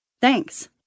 Thanks